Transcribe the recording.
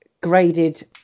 graded